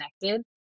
connected